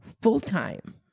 full-time